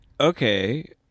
Okay